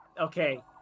Okay